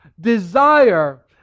desire